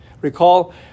Recall